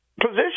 position